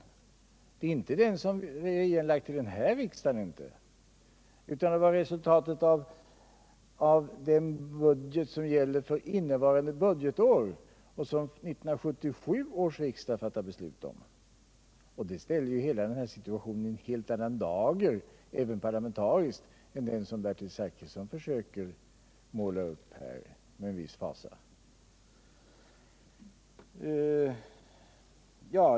Det rör sig alltså inte om den som vi framlagt vid denna riksdag, utan om resultatet av den budget som gäller för innevarande budgetår och som 1977 års riksdag fattade beslut om. Detta ställer denna situation i en helt annan dager även parlamentariskt än den som Bertil Zachrisson med viss fasa här försöker måla upp.